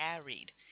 carried